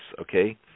Okay